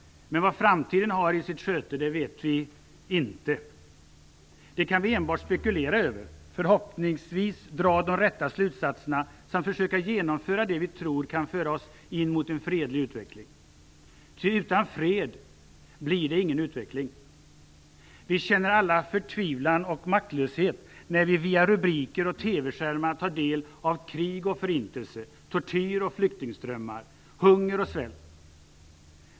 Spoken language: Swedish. Men vad framtiden har i sitt sköte vet vi inte; det kan vi enbart spekulera över och förhoppningsvis dra de rätta slutsatserna samt försöka genomföra det vi tror kan föra oss in mot en fredlig utveckling. Ty utan fred blir det ingen utveckling. Vi känner alla förtvivlan och maktlöshet när vi via rubriker och TV-skärmar tar del av krig och förintelse, tortyr och flyktingströmmar, hunger och svält.